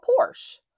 Porsche